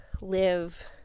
live